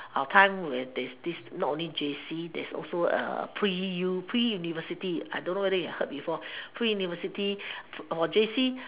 our time where there's this not only J_C there's also pre pre university I don't whether you heard before pre university or J_C